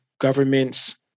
governments